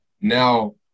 now